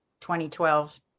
2012